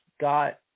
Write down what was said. Got